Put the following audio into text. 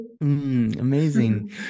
amazing